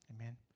Amen